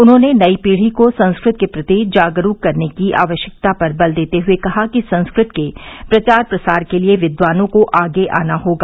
उन्होंने नई पीढ़ी को संस्कृत के प्रति जागरूक करने की आवश्यकता पर बल देते हुए कहा कि संस्कृत के प्रचार प्रसार के लिए विद्वानों को आगे आना होगा